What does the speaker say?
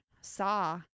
Saw